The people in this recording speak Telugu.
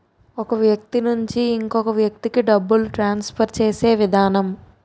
ఒక వ్యక్తి నుంచి ఇంకొక వ్యక్తికి డబ్బులు ట్రాన్స్ఫర్ చేసే విధానం